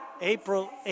April